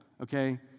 okay